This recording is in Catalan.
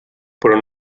però